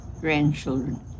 grandchildren